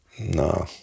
no